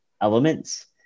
elements